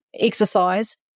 exercise